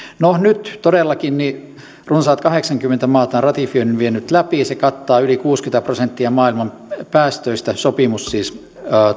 no nyt todellakin runsaat kahdeksankymmentä maata on ratifioinnin vienyt läpi ja se kattaa yli kuusikymmentä prosenttia maailman päästöistä sopimus siis